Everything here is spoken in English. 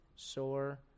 sore